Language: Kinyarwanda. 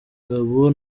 bagabo